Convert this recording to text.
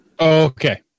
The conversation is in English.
Okay